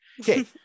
okay